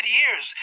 years